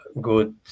good